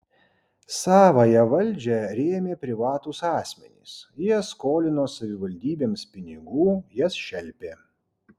savąją valdžią rėmė privatūs asmenys jie skolino savivaldybėms pinigų jas šelpė